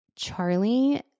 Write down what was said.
Charlie